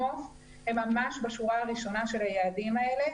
נוף והם ממש בשורה הראשונה של היעדים האלה.